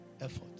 effort